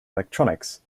electronics